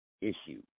issue